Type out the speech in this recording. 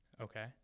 Okay